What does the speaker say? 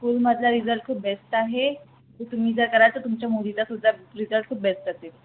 स्कूलमधला result खूप best आहे तुम्ही जर कराल तर तुमच्या मुलीचा सुद्धा रिझल्ट खूप बेस्ट असेल